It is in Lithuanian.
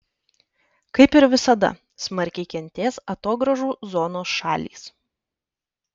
kaip ir visada smarkiai kentės atogrąžų zonos šalys